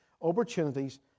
opportunities